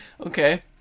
Okay